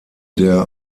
der